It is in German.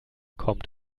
kommt